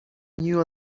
knew